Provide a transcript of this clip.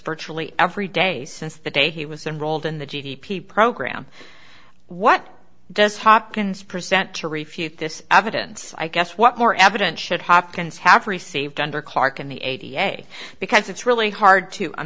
virtually every day since the day he was enrolled in the g d p program what does hopkins present to refute this evidence i guess what more evidence should hopkins have received under clark and the a p a because it's really hard to a